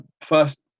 first